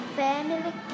family